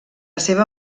seva